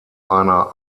einer